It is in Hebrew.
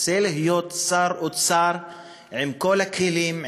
רוצה להיות שר אוצר עם כל הכלים,